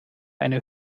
eine